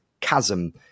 chasm